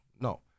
no